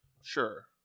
sure